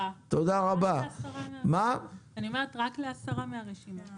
להסרה מהרשימה.